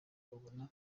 ubona